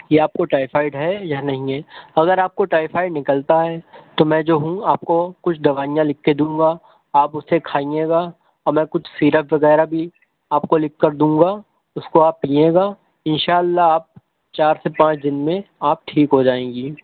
کہ آپ کو ٹائیفائیڈ ہے یا نہیں ہے اگر آپ کو ٹائیفائیڈ نکلتا ہے تو میں جو ہوں آپ کو کچھ دوائیاں لکھ کے دوں گا آپ اسے کھائیے گا اگر کچھ سیرپ وغیرہ بھی آپ کو لکھ کے دوں گا اس کو پیجیے گا ان شاء اللہ آپ چار سے پانچ دن میں آپ ٹھیک ہو جائیں گی